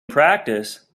practice